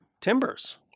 timbers